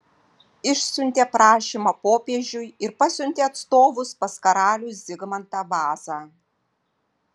išsiuntė prašymą popiežiui ir pasiuntė atstovus pas karalių zigmantą vazą